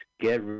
get